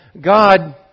God